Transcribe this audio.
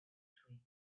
tree